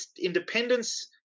Independence